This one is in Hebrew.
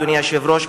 אדוני היושב-ראש,